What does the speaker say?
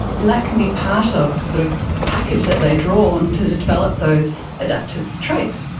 then that can be part of the sort of package that they draw on to develop those adaptive traits,